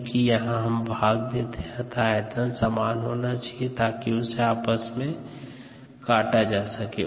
चूँकि यहाँ भाग देते है अतः आयतन समान होना चाहिए ताकि उसे आपस में काटा जा सके